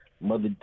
mother